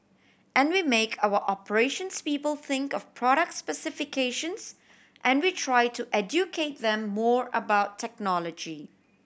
and we make our operations people think of product specifications and we try to educate them more about technology